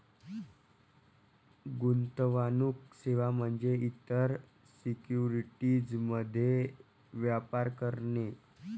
गुंतवणूक सेवा म्हणजे इतर सिक्युरिटीज मध्ये व्यापार करणे